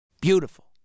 Beautiful